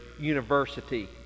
University